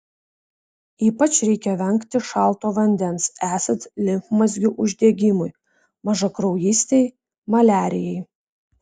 ypač reikia vengti šalto vandens esant limfmazgių uždegimui mažakraujystei maliarijai